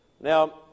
Now